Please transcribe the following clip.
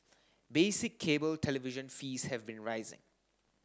basic cable television fees have been rising